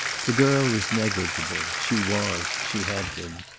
the girl was negligible she was, she had been.